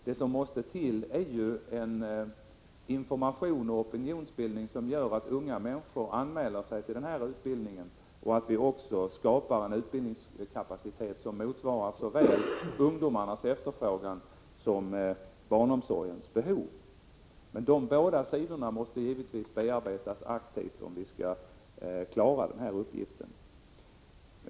Det som måste till är juen Prot. 1985/86:144 information och opinionsbildning som gör att unga människor anmäler sig till 16 maj 1986 denna utbildning. Vi måste också skapa en utbildningskapacitet som motsvarar såväl ungdomarnas efterfrågan på utbildning som barnomsorgens behov. Men båda dessa sidor måste givetvis bearbetas aktivt, om vi skall klara denna uppgift.